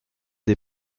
des